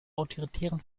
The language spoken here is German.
autoritären